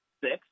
six